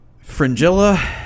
Fringilla